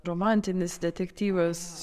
romantinis detektyvas